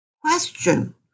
question